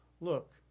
look